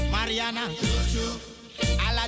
Mariana